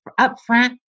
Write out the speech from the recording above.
upfront